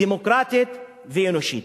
דמוקרטית ואנושית.